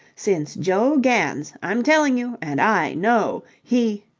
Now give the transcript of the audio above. since joe gans. i'm telling you and i know! he.